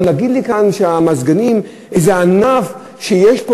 גם להגיד לי כאן שהמזגנים זה איזה ענף שיש בו